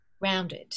rounded